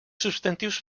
substantius